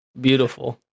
Beautiful